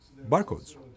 barcodes